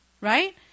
Right